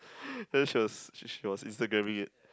then she was she she was Instagramming it